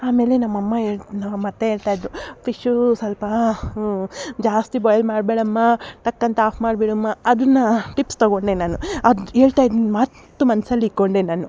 ಆಮೇಲೆ ನಮ್ಮಮ್ಮ ಹೇಳು ನಮ್ಮತ್ತೆ ಹೇಳ್ತಾ ಇದ್ದರು ಫಿಶ್ಶೂ ಸ್ವಲ್ಪ ಜಾಸ್ತಿ ಬೊಯ್ಲ್ ಮಾಡಬೇಡಮ್ಮ ಟಕ್ಕಂತ ಆಫ್ ಮಾಡಿಬಿಡಮ್ಮಾ ಅದನ್ನು ಟಿಪ್ಸ್ ತಗೊಂಡೆ ನಾನು ಅದು ಹೇಳ್ತಾ ಇದಿದ್ದ ಮಾತು ಮನಸ್ಸಲ್ಲಿ ಇಕ್ಕೊಂಡೆ ನಾನು